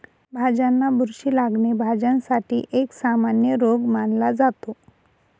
भाज्यांना बुरशी लागणे, भाज्यांसाठी एक सामान्य रोग मानला जातो